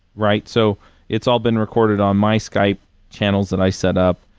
right. so it's all been recorded on my skype channels that i set up.